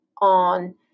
on